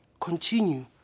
continue